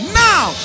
now